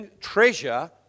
Treasure